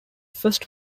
first